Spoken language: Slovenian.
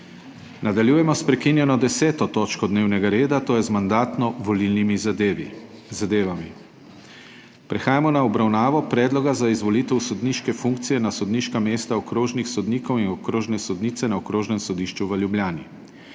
Nadaljujemo sprekinjeno 10. točko dnevnega reda, to je z Mandatno-volilnimi zadevami. Prehajamo na obravnavo Predloga za izvolitev sodniške funkcije na sodniška mesta okrožnih sodnikov in okrožne sodnice na Okrožnem sodišču v Ljubljani.